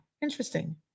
interesting